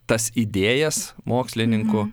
tas idėjas mokslininkų